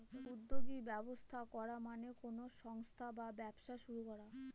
উদ্যোগী ব্যবস্থা করা মানে কোনো সংস্থা বা ব্যবসা শুরু করা